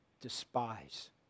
despise